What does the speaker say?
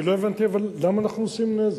אבל אני לא הבנתי למה אנחנו עושים נזק.